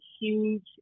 huge